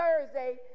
Thursday